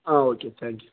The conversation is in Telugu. okay thank you